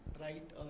right